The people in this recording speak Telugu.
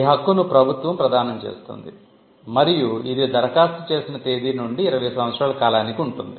ఈ హక్కును ప్రభుత్వం ప్రదానం చేస్తుంది మరియు ఇది దరఖాస్తు చేసిన తేదీ నుండి 20 సంవత్సరాల కాలానికి ఉంటుంది